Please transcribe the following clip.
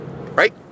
Right